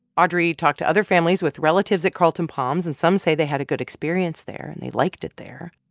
audrey talked to other families with relatives at carlton palms, and some say they had a good experience there and they liked it there